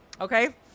Okay